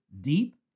deep